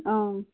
অঁ